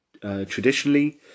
traditionally